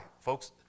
Folks